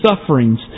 sufferings